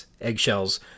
eggshells